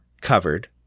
covered